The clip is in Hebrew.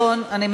היושבת-ראש.